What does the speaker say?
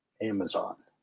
Amazon